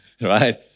right